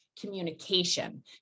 communication